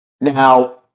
now